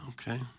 Okay